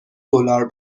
دلار